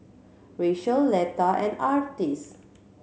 Rachael Letha and Artis